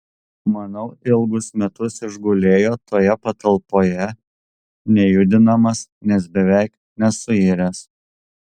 manau ilgus metus išgulėjo toje patalpoje nejudinamas nes beveik nesuiręs